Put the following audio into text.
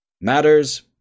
matters